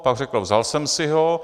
Pak řekl: vzal jsem si ho.